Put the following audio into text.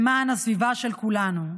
למען הסביבה של כולנו.